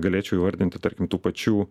galėčiau įvardinti tarkim tų pačių